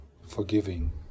forgiving